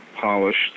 polished